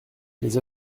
les